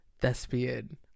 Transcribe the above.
Thespian